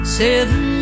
seven